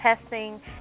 testing